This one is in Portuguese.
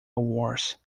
wars